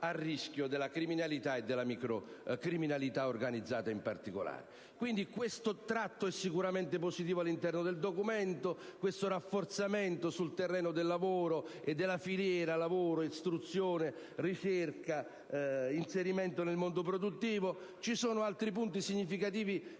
al rischio della criminalità, in particolare della microcriminalità organizzata. Quindi, questo tratto è sicuramente positivo all'interno del Documento, ossia il rafforzamento sul terreno del lavoro e della filiera lavoro, istruzione, ricerca, inserimento nel mondo produttivo. Ci sono altri punti significativi